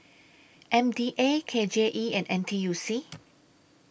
M D A K J E and N T U C